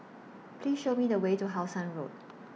Please Show Me The Way to How Sun Road